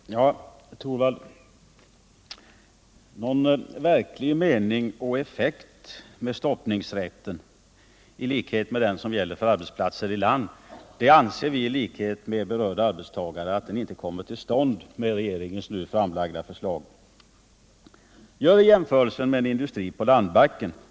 Herr talman! Ja, herr Torwald, någon verklig mening och effekt med rätten att, ilikhet med vad som gäller på arbetsplatser på land, stoppa arbetet anser vi liksom berörda arbetstagare inte föreligger i regeringens nu framlagda förslag. Gör en jämförelse med en industri på landbacken!